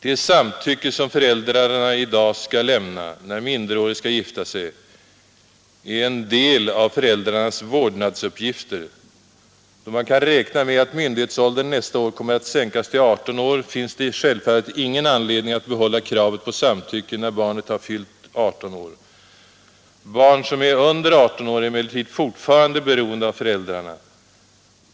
Det samtycke som föräldrarna i dag skall lämna, när minderårig skall gifta sig, är en del av föräldrarnas vårdnadsuppgifter. Då man kan räkna med att myndighetsåldern nästa år kommer att sänkas till 18 år, finns det självfallet ingen anledning att behålla kravet på samtycke när barnet har fyllt 18 år. Barn som är under 18 år är emellertid fortfarande även rent formellt beroende av föräldrarna.